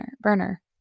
burner